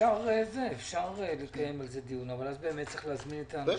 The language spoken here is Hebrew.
אפשר לקיים דיון ולהזמין את האנשים.